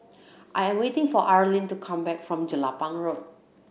I am waiting for Arleen to come back from Jelapang Road